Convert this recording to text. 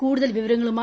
കൂടുതൽ വിവരങ്ങളുമായി